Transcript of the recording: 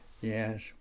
yes